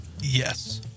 Yes